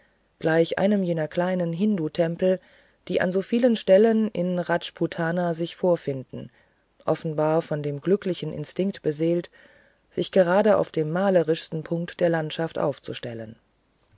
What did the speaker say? gleich einem jener kleinen hindutempel die an so vielen stellen in rajputana sich vorfinden offenbar von dem glücklichen instinkt beseelt sich gerade auf dem malerischsten punkt der landschaft aufzustellen